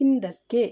ಹಿಂದಕ್ಕೆ